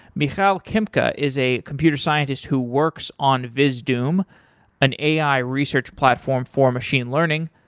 michal kempka is a computer scientist who works on vizdoom an ai research platform for machine learning.